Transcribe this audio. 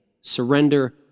Surrender